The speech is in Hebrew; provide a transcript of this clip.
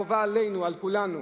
חובה עלינו, על כולנו,